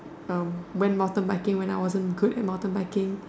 um went mountain biking when I wasn't good at mountain biking